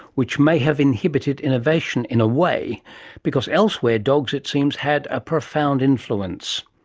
which may have inhibited innovation in a way because elsewhere dogs, it seems, had a profound influence.